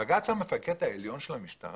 בג"ץ הוא המפקד העליון של המשטרה?